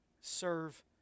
serve